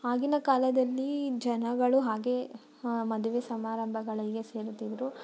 ಆಗಿನ ಕಾಲದಲ್ಲಿ ಜನಗಳು ಹಾಗೇ ಮದುವೆ ಸಮಾರಂಭಗಳಿಗೆ ಸೇರುತ್ತಿದ್ರು